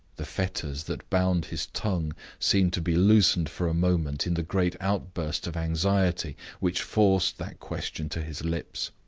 the fetters that bound his tongue seemed to be loosened for a moment in the great outburst of anxiety which forced that question to his lips.